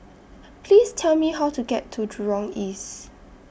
Please Tell Me How to get to Jurong East